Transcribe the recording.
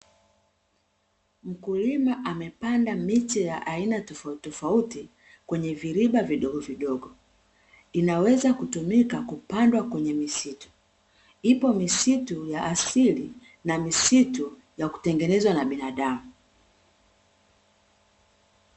Mkulima amepanda miche ya aina tofauti tofauti kwenye viriba vidogo vidogo; inaweza kutumika kupandwa kwenye misitu. Ipo misitu ya asili na misitu ya kutengenezwa na binadamu.